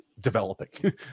developing